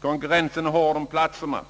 Konkurrensen om platserna är